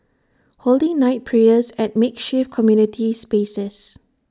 holding night prayers at makeshift community spaces